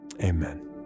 Amen